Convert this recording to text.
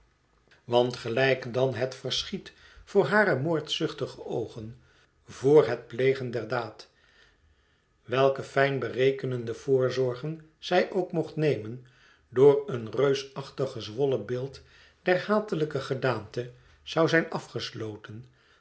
want gelijk dan het verschiet voor hare moordzuchtige oogen vr het plegen der daad welke fijn berekende voorzorgen zij ook mocht nemen door een reusachtig gezwollen beeld der hatelijke gedaante zou zijn afgesloten